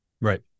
right